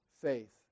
faith